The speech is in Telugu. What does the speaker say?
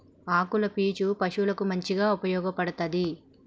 ఆకుల పీచు పశువులకు మంచిగా ఉపయోగపడ్తది